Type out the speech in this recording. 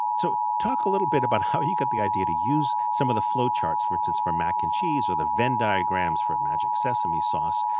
so talk a little bit about how you got the idea to use some of the flow charts for instance, for mac and cheese or the venn diagrams for magic sesame sauce.